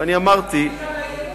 ואני אמרתי, עלית לאי-אמון,